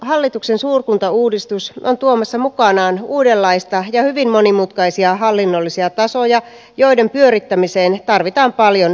hallituksen suurkuntauudistus on tuomassa mukanaan uudenlaisia ja hyvin monimutkaisia hallinnollisia tasoja joiden pyörittämiseen tarvitaan paljon hallintohenkilökuntaa